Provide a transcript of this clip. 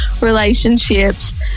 relationships